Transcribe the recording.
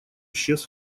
исчез